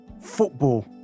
football